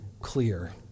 clear